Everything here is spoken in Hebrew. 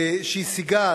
שהשיגה,